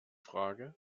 frage